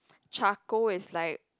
charcoal is like